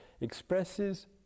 expresses